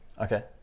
Okay